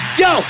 yo